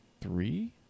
three